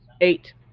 eight